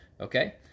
Okay